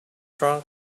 drunk